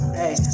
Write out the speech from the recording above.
hey